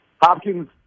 Hopkins